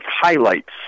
highlights